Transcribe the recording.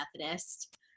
Methodist